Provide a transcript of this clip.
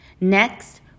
Next